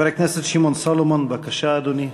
חבר הכנסת שמעון סולומון, בבקשה, אדוני.